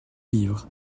livres